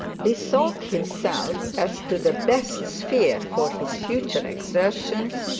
bethought himself as to the best sphere for his future exertions,